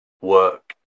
work